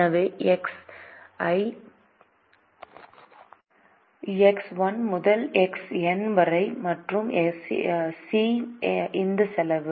எனவே எக்ஸ் 1 முதல் x n மற்றும் சி இந்த செலவு